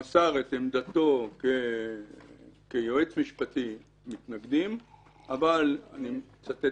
הוא מסר את עמדתו שכיועץ משפטי הם מתנגדים אבל אני מצטט